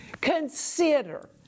consider